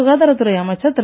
சுகாதாரத்துறை அமைச்சர் திரு